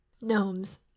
Gnomes